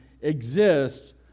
exists